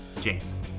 James